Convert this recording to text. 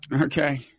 Okay